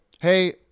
hey